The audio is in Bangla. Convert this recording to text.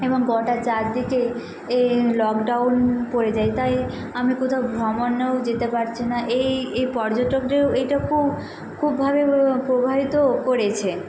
এবং গোটা চারদিকেই এই লকডাউন পড়ে যায় তাই আমি কোথাও ভ্রমণেও যেতে পারছি না এই এই পর্যটকদেরও এইটা খুব খুব ভাবে প্রভা প্রবাহিতও করেছে